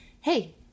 Hey